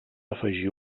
afegir